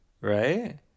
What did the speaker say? Right